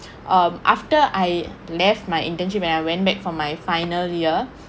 mm after I left my internship and I went back from my final year